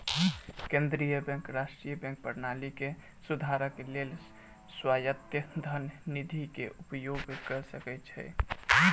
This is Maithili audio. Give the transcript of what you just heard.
केंद्रीय बैंक राष्ट्रीय बैंक प्रणाली के सुधारक लेल स्वायत्त धन निधि के उपयोग कय सकै छै